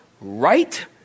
right